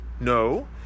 No